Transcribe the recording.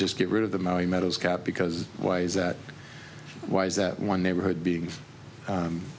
just get rid of the mowing meadows cap because why is that why is that one neighborhood being